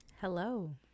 hello